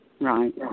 Right